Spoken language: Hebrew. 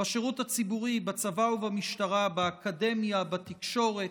בשירות הציבורי, בצבא ובמשטרה, באקדמיה, בתקשורת,